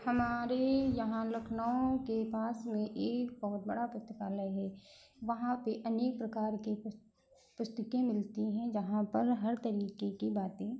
हमारे यहाँ लखनऊ के पास में एक बहुत बड़ा पुस्तकालय है वहाँ पे अनेक प्रकार की पुस्तकें मिलती है वहाँ पर हर तरीके की बातें